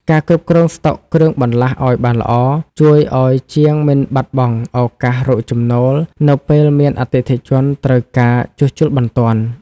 ការគ្រប់គ្រងស្តុកគ្រឿងបន្លាស់ឱ្យបានល្អ ជួយឱ្យជាងមិនបាត់បង់ឱកាសរកចំណូលនៅពេលមានអតិថិជនត្រូវការជួសជុលបន្ទាន់។